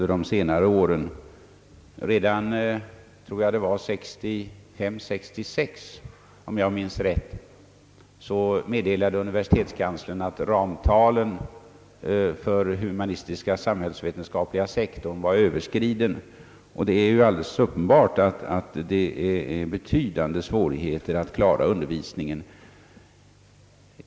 Redan 1965/66 meddelade universitetskanslern, om jag minns rätt, att ramtalen för den humanistiska och samhällsvetenskapliga sektorn var överskridna. Det är alldeles uppenbart att man har betydande svårigheter att klara undervisningen.